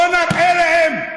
בוא נראה להם.